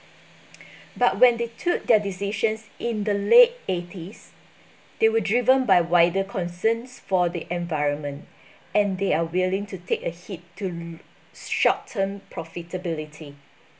but when they took their decisions in the late eighties they were driven by wider concerns for the environment and they are willing to take a hit to short term profitability